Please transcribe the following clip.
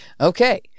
Okay